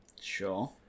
Sure